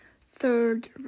third